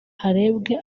harebwe